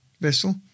vessel